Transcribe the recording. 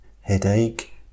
Headache